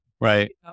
Right